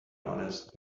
honest